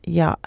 ja